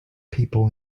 people